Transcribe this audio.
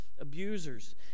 Abusers